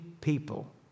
people